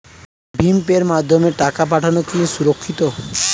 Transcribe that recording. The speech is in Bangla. ভিম পের মাধ্যমে টাকা পাঠানো কি সুরক্ষিত?